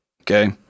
Okay